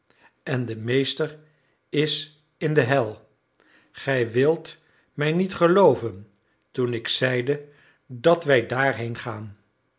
en de meester is in de hel gij wildet mij niet gelooven toen ik zeide dat wij daarheen gaan